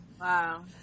Wow